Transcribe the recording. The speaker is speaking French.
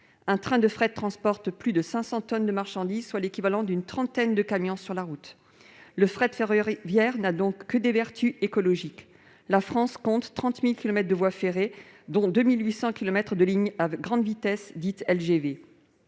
Un train de fret transporte plus de 500 tonnes de marchandises, soit l'équivalent d'une trentaine de camions sur la route. Le fret ferroviaire n'a donc que des vertus écologiques. La France compte 30 000 kilomètres de voies ferrées, dont 2 800 kilomètres de lignes à grande vitesse (LGV).